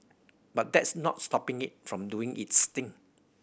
but that's not stopping it from doing its thing